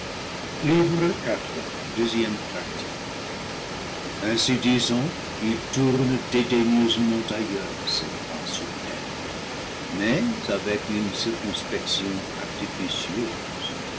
ainsi disant il tourne dédaigneusement ailleurs ses pas superbes mais avec une circonspection artificieuse